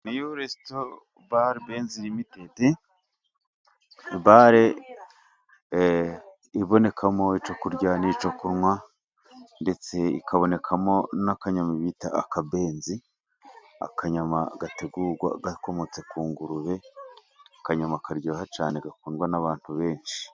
Iyo resto bare bens ltd bare ibonekamo ico kurya n'icyo kunywa ,ndetse ikabonekamo n'akanyama bita akabenzi, akanyama gategurwa gakomotse ku ngurube akanyama karyoha cyane, gakundwa n'abantu benshi.